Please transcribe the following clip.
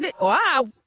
Wow